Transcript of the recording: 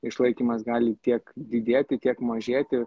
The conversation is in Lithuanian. išlaikymas gali tiek didėti tiek mažėti